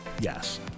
Yes